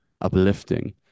uplifting